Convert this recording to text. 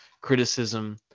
criticism